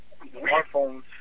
smartphones